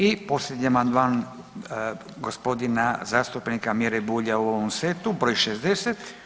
I posljednji amandman gospodina zastupnika Mire Bulja u ovom setu broj 60.